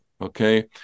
okay